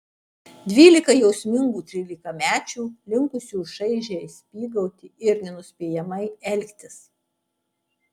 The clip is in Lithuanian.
dvylika jausmingų trylikamečių linkusių šaižiai spygauti ir nenuspėjamai elgtis